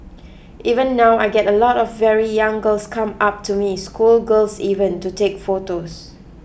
even now I get a lot of very young girls come up to me schoolgirls even to take photos